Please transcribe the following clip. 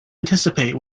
anticipate